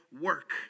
work